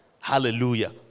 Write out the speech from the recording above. Hallelujah